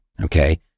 okay